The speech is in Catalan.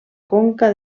conca